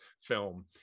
film